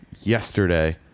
yesterday